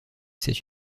c’est